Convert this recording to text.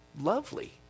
lovely